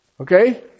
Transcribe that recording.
Okay